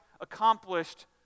accomplished